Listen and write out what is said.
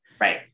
Right